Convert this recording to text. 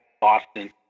Boston